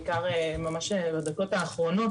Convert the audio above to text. בעיקר ממש בדקות האחרונות,